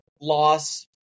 loss